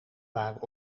waren